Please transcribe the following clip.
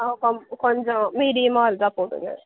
ஆ கோ கொஞ்சம் மீடியமாக இருந்தால் போதுங்க